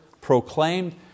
proclaimed